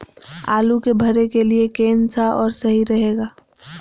आलू के भरे के लिए केन सा और सही रहेगा?